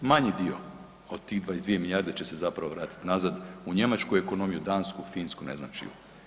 Manji dio od tih 22 milijarde će se zapravo vratiti nazad u njemačku ekonomiju, dansku, finsku, ne znam čiju.